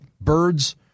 birds